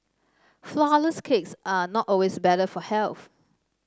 flourless cakes are not always better for health